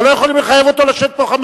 אבל לא יכולים לחייב אותו לשבת פה חמש